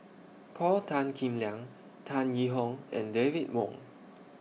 Paul Tan Kim Liang Tan Yee Hong and David Wong